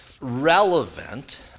relevant